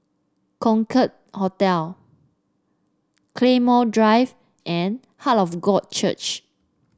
Concorde Hotel Claymore Drive and Heart of God Church